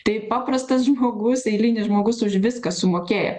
tai paprastas žmogus eilinis žmogus už viską sumokėjo